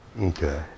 okay